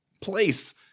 place